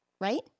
right